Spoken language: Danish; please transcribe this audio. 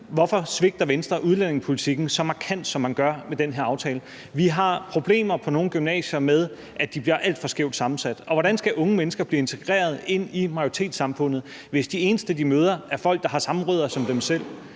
hvorfor Venstre svigter udlændingepolitikken så markant, som man gør med den her aftale? Vi har problemer på nogle gymnasier med, at de bliver alt for skævt sammensat. Hvordan skal unge mennesker blive integreret ind i majoritetssamfundet, hvis de eneste, de møder, er folk, der har samme rødder som dem selv?